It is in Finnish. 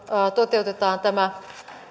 toteutetaan tämä